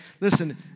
listen